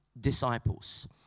disciples